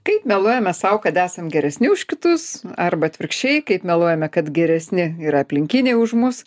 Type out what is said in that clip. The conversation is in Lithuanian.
kaip meluojame sau kad esam geresni už kitus arba atvirkščiai kaip meluojame kad geresni ir aplinkiniai už mus